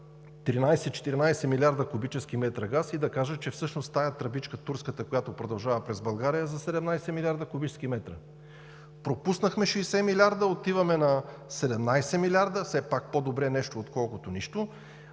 13 – 14 милиарда кубически метра газ, и да кажа, че всъщност тази тръбичка – турската, която продължава през България, е за 17 милиарда кубически метра… Пропуснахме 60 милиарда, отиваме на 17 милиарда!? Все пак по-добре нещо, отколкото нищо,